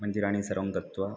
मन्दिराणि सर्वं गत्वा